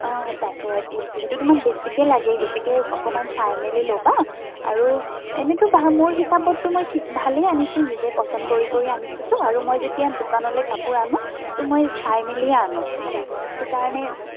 অ তাকে যিহেতু তোমাক বেছিকৈ লাগে গতিকে অকণমান চাই মেলি ল'বা আৰু এনেইতো মোৰ হিচাপততো মই ঠিকে ভালে আনিছোঁ নিজে পচন্দ কৰি কৰি আনিছোঁতো আৰু মই যেতিয়া দোকানলৈ কাপোৰ আনো তো মই চাই মেলিয়ে আনো সেইটো কাৰণে